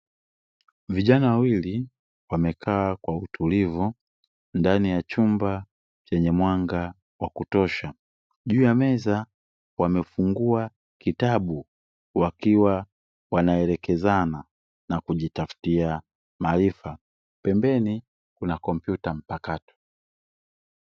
Vijana wawili wamekaa kwa utulivu ndani ya chumba chenye mwanga wa kutosha, juu ya meza wamefungua kitabu wakiwa wanaelekezana na kujitafutia maarifa, pembeni kuna kompyuta mpakato.